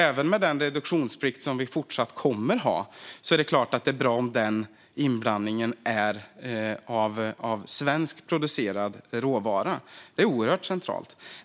Även med den reduktionsplikt som vi fortsatt kommer att ha är det bra om inblandningen är av svenskt producerad råvara. Det är centralt.